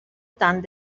tant